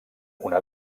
una